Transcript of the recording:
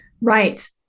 Right